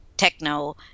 Techno